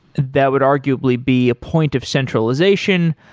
that would arguably be a point of centralization,